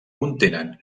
contenen